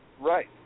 right